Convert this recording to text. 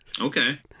Okay